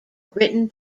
written